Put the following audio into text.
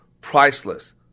priceless